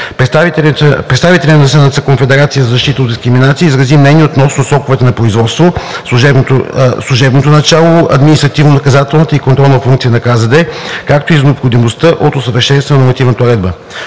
Представителят на СНЦ „Конфедерация за защита от дискриминация“ изрази мнение относно сроковете на производството, служебното начало, административнонаказателната и контролната функция на КЗД, както и за необходимостта от усъвършенстване на нормативната уредба.